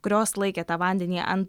kurios laikė tą vandenį ant